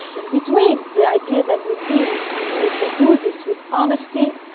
in between, the idea then will be you know if we do this with honesty,